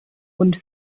und